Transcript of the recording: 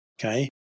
okay